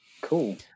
Cool